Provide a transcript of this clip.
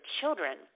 children